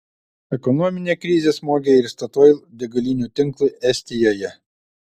ekonominė krizė smogė ir statoil degalinių tinklui estijoje